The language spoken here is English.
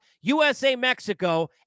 USA-Mexico